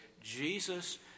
Jesus